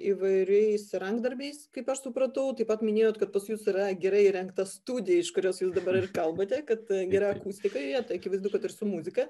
įvairiais rankdarbiais kaip aš supratau taip pat minėjot kad pas jus yra gerai įrengta studija iš kurios jūs dabar ir kalbate kad gera akustika joje tai akivaizdu kad ir su muzika